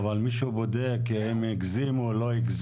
אבל מישהו בודק אם הם הגזימו או לא,